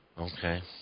Okay